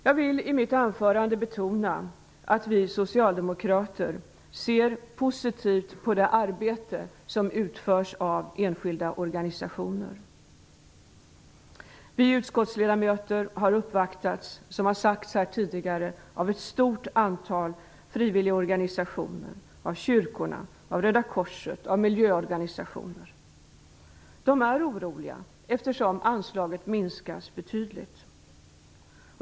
Jag vill i mitt anförande betona att vi socialdemokrater ser positivt på det arbete som utförs av enskilda organisationer. Vi utskottsledamöter har uppvaktats, som har sagts här tidigare, av ett stort antal frivilligorganisationer, av kyrkorna, av Röda korset och av miljöorganisationer. De är oroliga, eftersom anslaget minskas betydligt.